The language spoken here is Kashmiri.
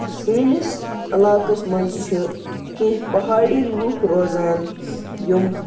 سٲنِس علاقَس مَنٛز چھِ کیٚنٛہہ پہاڑی لُکھ روزان یِم